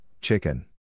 chicken